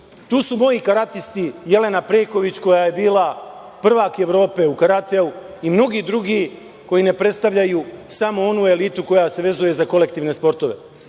tu su moji karatisti, Jelena Preković koja je bila prvak Evrope u karateu, kao i mnogi drugi koji ne predstavljaju samo onu elitu koja se vezuje za kolektivne sportove.